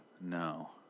No